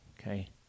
okay